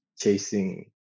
chasing